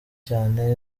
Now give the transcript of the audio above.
cyane